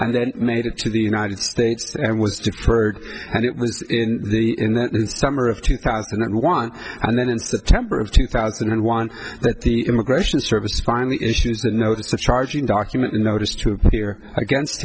and then made it to the united states and was deterred and it was in the summer of two thousand and one and then in september of two thousand and one that the immigration service finally issued the notice the charging document notice to appear against